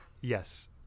Yes